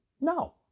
No